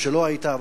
או שלא היית,